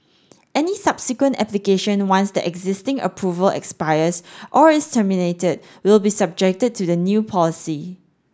any subsequent application once the existing approval expires or is terminated will be subjected to the new policy